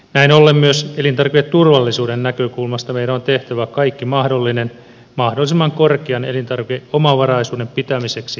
näin ollen myös elintarviketurvallisuuden näkökulmasta meidän on tehtävä kaikki mahdollinen mahdollisimman korkean elintarvikeomavaraisuuden pitämiseksi suomessa